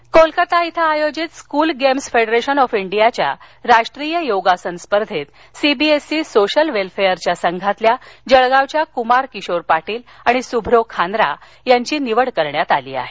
जळगाव कोलकत्ता इथं आयोजित school games federation of इंडियाच्या राष्ट्रीय योगासन स्पर्धेत सीबीएससी सोशल वेल्फेअरच्या संघात जळगावच्या कुमार किशोर पाटील आणि सुभ्रो खानरा यांची निवड करण्यात आली आहे